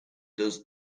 does